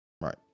Right